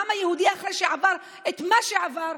העם היהודי, אחרי שעבר את מה שעבר,